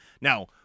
now